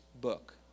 book